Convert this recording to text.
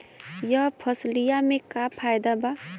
यह फसलिया में का फायदा बा?